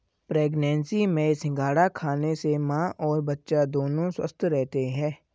pregnancy में सिंघाड़ा खाने से मां और बच्चा दोनों स्वस्थ रहते है